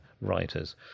writers